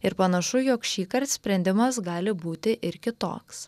ir panašu jog šįkart sprendimas gali būti ir kitoks